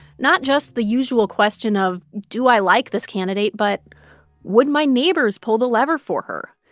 not just the usual question of, do i like this candidate? but would my neighbors pull the lever for her?